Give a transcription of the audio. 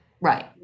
Right